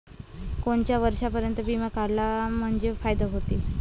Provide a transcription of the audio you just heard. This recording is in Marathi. कोनच्या वर्षापर्यंत बिमा काढला म्हंजे फायदा व्हते?